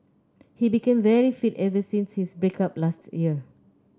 he became very fit ever since his break up last year